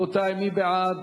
מי בעד?